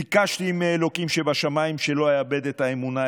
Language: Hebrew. ביקשתי מאלוקים שבשמיים שלא אאבד את האמונה,